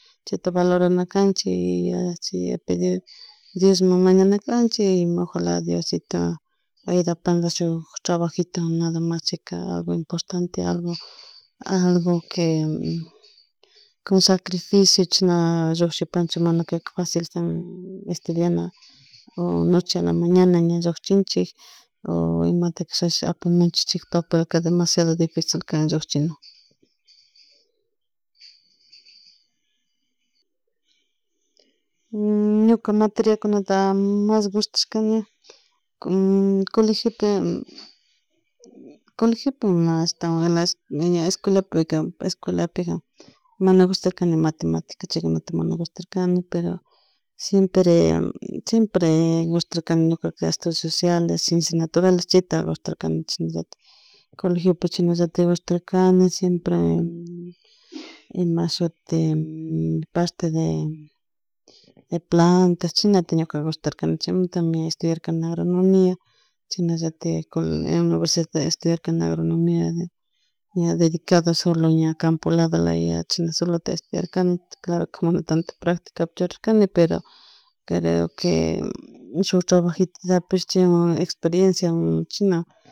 Chayta valorana canachik chay pedido Dios muy mañana canchik ojala Diosito ayudapan shuk trabajitowan nada mas algo importante o algo algo que con sacrificio chashna llukshipanchik mana kayka facil kan estudiana oh noche a la mañana shukchinchik imta chashkapish apamunchik chay papelka demasiado dificil can llukchina, ñuka materiakunaka mas gustashkani colegiota colegiopi ashtawan ña escuelapi esculapica mana gushtarkani matematica chaykunatamana gushtarkani pero siempre gushtarkani estudiso sociales y ciencias naturales colegiopi chashnallatik gustarkani siempre ima shuti parte de de plantas chaymuntami ñuka estudiarkani agronomia chashnallatak kuna universidadpi estudiarkani agronomia ña dedicado ña campo lado laya chay solota estudiarkani claro mana tanto practicapi churarcani pero pero creo shuk trbajitota japishpa chaywan experencia chashna